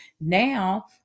now